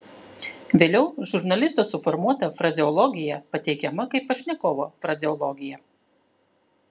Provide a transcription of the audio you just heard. vėliau žurnalisto suformuota frazeologija pateikiama kaip pašnekovo frazeologija